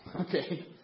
okay